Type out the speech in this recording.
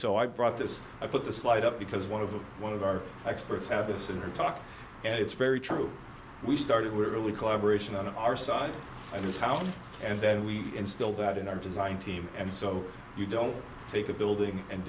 so i brought this i put this slide up because one of the one of our experts have this in her talk and it's very true we started with really collaboration on our side and the founder and then we instilled that in our design team and so you don't take a building and